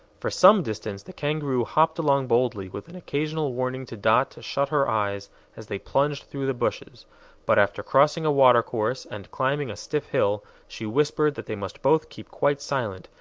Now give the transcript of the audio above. for some distance the kangaroo hopped along boldly, with an occasional warning to dot to shut her eyes as they plunged through the bushes but after crossing a watercourse, and climbing a stiff hill, she whispered that they must both keep quite silent,